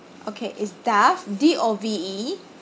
okay it's dove D O V E